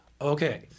Okay